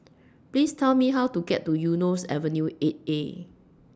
Please Tell Me How to get to Eunos Avenue eight A